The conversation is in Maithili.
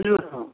किनबै हम